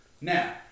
Now